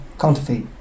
Counterfeit